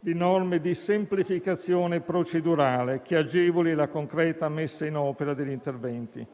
di norme di semplificazione procedurale che agevoli la concreta messa in opera degli interventi,